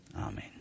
amen